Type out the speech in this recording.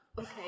Okay